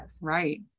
right